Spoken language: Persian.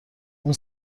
اون